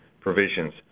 provisions